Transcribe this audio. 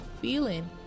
feeling